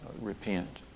repent